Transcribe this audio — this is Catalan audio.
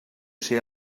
ser